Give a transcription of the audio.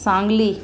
Sangli